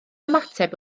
ymateb